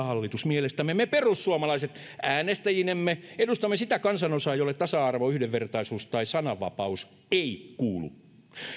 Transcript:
hallitus me me perussuomalaiset äänestäjinemme edustamme sitä kansanosaa jolle tasa arvo yhdenvertaisuus tai sananvapaus ei kuulu